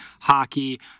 hockey